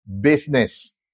business